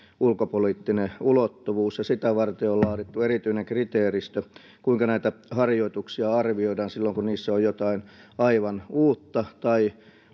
ulkopoliittinen ulottuvuus ja sitä varten on laadittu erityinen kriteeristö kuinka näitä harjoituksia arvioidaan silloin kun niissä on jotain aivan uutta tai